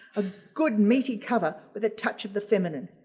a good meaty cover with a touch of the feminine.